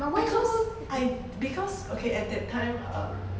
because because okay at that time um